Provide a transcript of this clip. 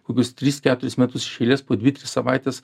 kokius tris keturis metus iš eilės po dvi tris savaites